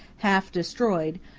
half destroyed,